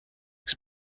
were